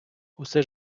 усе